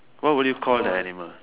what would you call the animal